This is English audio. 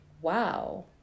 wow